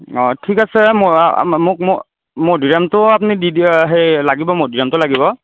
অঁ ঠিক আছে মোক মোক মধুৰিআমটো আপুনি দি দিয়ক সেই লাগিব মধুৰিআমটো লাগিব